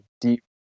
deep